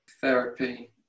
therapy